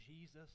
Jesus